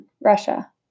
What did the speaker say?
Russia